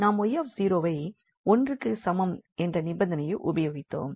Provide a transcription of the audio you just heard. நாம் 𝑦வை 1க்கு சமம் என்ற நிபந்தனையை உபயோகித்தோம்